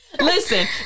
Listen